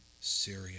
Syria